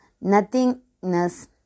nothingness